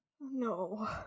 No